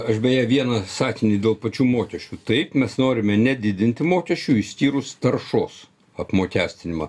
aš beje vieną sakinį dėl pačių mokesčių taip mes norime nedidinti mokesčių išskyrus taršos apmokestinimą